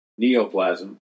neoplasm